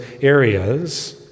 areas